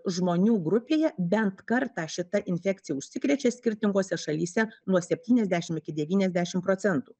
žmonių grupėje bent kartą šita infekcija užsikrečia skirtingose šalyse nuo septyniasdešimt iki devyniasdešimt procentų